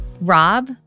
Rob